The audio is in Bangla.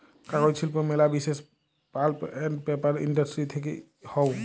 কাগজ শিল্প ম্যালা বিসেস পাল্প আন্ড পেপার ইন্ডাস্ট্রি থেক্যে হউ